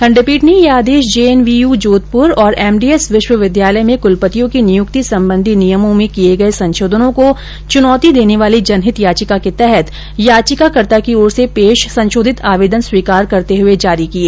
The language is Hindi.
खंडपीठ ने यह आदेश जेएनवीयू जोधपूर और एमडीएस विश्वविद्यालय में कूलपतियों की नियुक्ति सम्बंधी नियमों में किए गए संशोधानों को चुनौती देने वाली जनहित याचिका के तहत याचिकाकर्ता की ओर से पेश संशोधित आवेदन स्वीकार करते हुए जारी किए